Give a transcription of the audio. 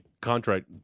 contract